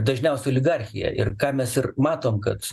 dažniausiai oligarchiją ir ką mes ir matom kad